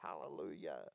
Hallelujah